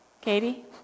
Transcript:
Katie